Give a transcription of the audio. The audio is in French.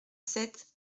sept